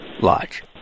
Lodge